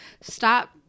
stop